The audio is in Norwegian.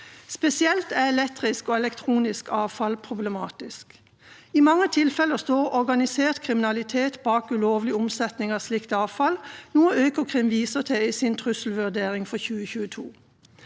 Spesielt er elektrisk og elektronisk avfall problematisk. I mange tilfeller står organisert kriminalitet bak ulovlig omsetning av slikt avfall, noe Økokrim viser til i sin trusselvurdering for 2022.